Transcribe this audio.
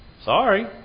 sorry